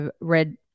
read